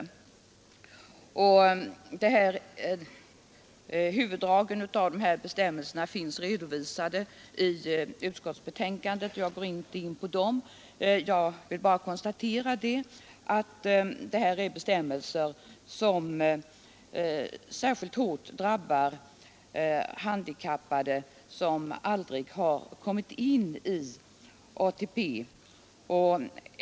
Huvuddragen i de här bestämmelserna finns redovisade i utskottsbetänkandet, och jag går inte in på dem. Jag vill bara konstatera att det är bestämmelser som särskilt hårt drabbar handikappade, som aldrig har kommit in i ATP-systemet.